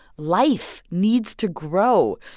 life needs to grow.